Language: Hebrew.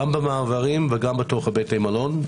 גם במעברים וגם בתוך בתי המלון.